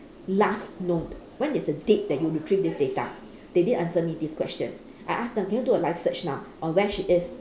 last note when is the date you retrieve this data they didn't answer me this question I ask them can you do a live search now on where she is